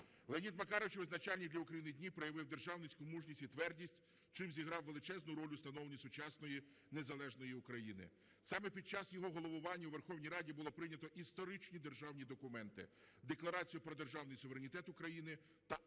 Леонід Макарович у визначальні для України дні проявив державницьку мужність і твердіть, чим зіграв величезну роль у встановленні сучасної незалежної України. Саме під час його головування у Верховній Раді було прийнято історичні державні документи: Декларацію про державний суверенітет України та